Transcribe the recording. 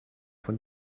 von